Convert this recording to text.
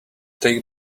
take